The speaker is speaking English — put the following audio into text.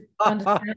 understand